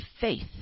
faith